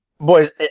Boys